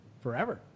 forever